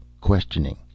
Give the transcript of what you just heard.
questioning